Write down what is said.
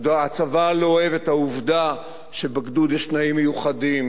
הצבא לא אוהב את העובדה שבגדוד יש תנאים מיוחדים.